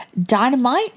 Dynamite